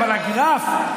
מה יכול להיות, חוק.